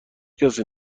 کسی